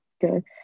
Good